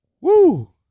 woo